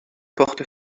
porte